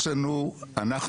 יש לנו אנחנו,